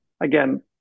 Again